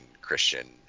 Christian